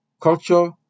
culture